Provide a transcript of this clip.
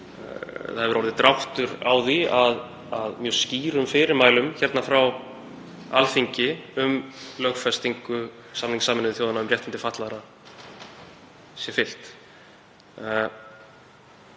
það hefur orðið dráttur á því að mjög skýrum fyrirmælum frá Alþingi um lögfestingu samnings Sameinuðu þjóðanna um réttindi fatlaðra sé fylgt.